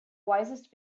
wisest